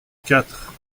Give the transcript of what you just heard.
quatre